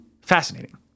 Fascinating